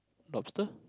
lobster